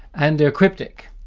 and they're cryptic.